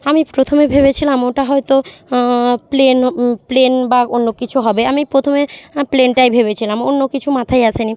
আমি প্রথমে ভেবেছিলাম ওটা হয়তো প্লেন প্লেন বা অন্য কিছু হবে আমি প্রথমে প্লেনটাই ভেবেছিলাম অন্য কিছু মাথায় আসেনি